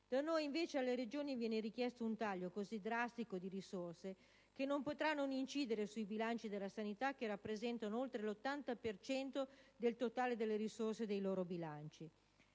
Da noi, invece, alle Regioni viene richiesto un taglio così drastico di risorse che non potrà non incidere sui bilanci della sanità, che rappresentano oltre l'80 per cento del totale delle risorse dei loro bilanci.